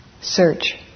search